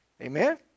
Amen